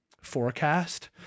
forecast